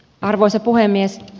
arvoisa puhemies